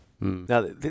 Now